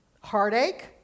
heartache